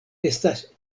estas